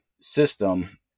system